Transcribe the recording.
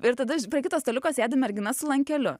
ir tada aš prie kito staliuko sėdi mergina su lankeliu